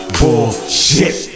bullshit